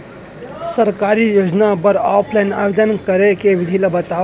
सरकारी योजना बर ऑफलाइन आवेदन करे के विधि ला बतावव